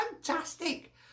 Fantastic